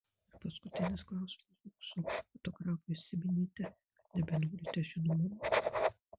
ir paskutinis klausimas mūsų fotografui užsiminėte kad nebenorite žinomumo